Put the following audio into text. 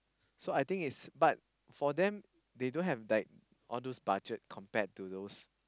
so I think it's but for them they don't have like all those budget compared to those